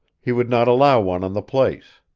he would not allow one on the place.